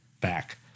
back